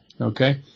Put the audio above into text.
Okay